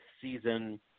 season